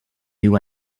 new